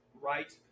right